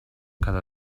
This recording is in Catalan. cada